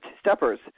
steppers